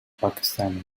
pakistani